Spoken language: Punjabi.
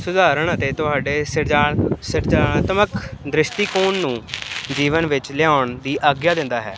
ਸੁਧਾਰਨ ਅਤੇ ਤੁਹਾਡੇ ਸਿਡਜਾ ਸਿਰਜਨਾਤਮਕ ਦ੍ਰਿਸ਼ਟੀਕੋਣ ਨੂੰ ਜੀਵਨ ਵਿੱਚ ਲਿਆਉਣ ਦੀ ਆਗਿਆ ਦਿੰਦਾ ਹੈ